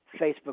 Facebook